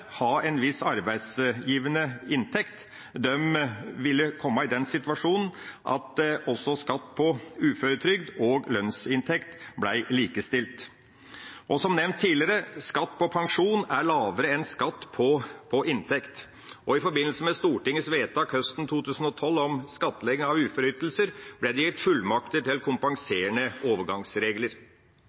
skatt på uføretrygd og lønnsinntekt ble likestilt. Og som nevnt tidligere: Skatt på pensjon er lavere enn skatt på inntekt. Og i forbindelse med Stortingets vedtak høsten 2012 om skattlegging av uføreytelser ble det gitt fullmakter til kompenserende overgangsregler.